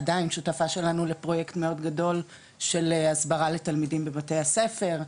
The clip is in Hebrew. עדיין שותפה שלנו לפרויקט מאוד גדול של הסברה לתלמידים בבתי הספר,